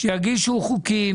שיגישו חוקים.